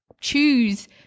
choose